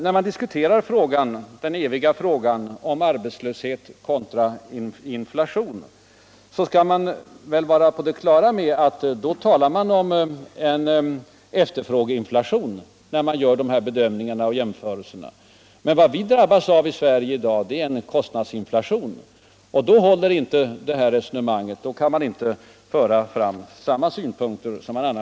När man diskuterar frågan, den eviga frågan, om arbetslöshet kontra inflation, skall man vara på det klara med att då talar man om efterfrågeinflation. Men vad vi drabbas av i Sverige i dag är en kostnadsinflation, och då håller inte herr Strängs resonemang.